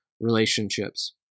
relationships